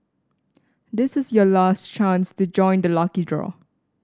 this is your last chance to join the lucky draw